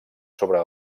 sobre